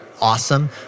awesome